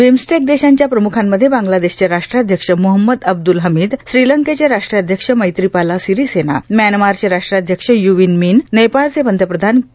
BIMSTEC देशांच्या प्रम्खांमध्ये बांग्लादेशचे राष्ट्राध्यक्ष मोहम्मद अबदूल हमीद श्रीलंकेचे राष्ट्राध्यक्ष मैत्रीपाला सिरीसेना म्यानमार चे राष्ट्राध्यक्ष य्वीन मीन नेपाळचे पंतप्रधान के